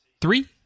three